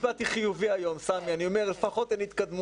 רק השקופית הראשונה שהצגתי מתייחסת לתרבות,